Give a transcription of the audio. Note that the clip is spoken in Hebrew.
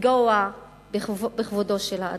לפגוע בכבודו של אדם,